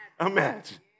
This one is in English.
imagine